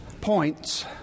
points